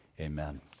amen